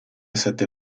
sette